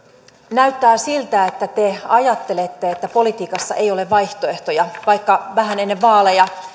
näyttää siltä että te ajattelette että politiikassa ei ole vaihtoehtoja vaikka vähän ennen vaaleja